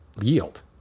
yield